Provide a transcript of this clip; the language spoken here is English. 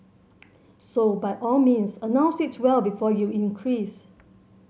so by all means announce it well before you increase